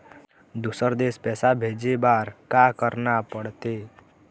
दुसर देश पैसा भेजे बार का करना पड़ते?